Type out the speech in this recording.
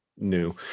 New